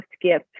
skip